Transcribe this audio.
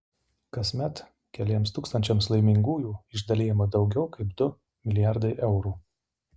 kasmet keliems tūkstančiams laimingųjų išdalijama daugiau kaip du milijardai eurų